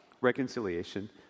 reconciliation